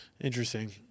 Interesting